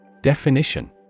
Definition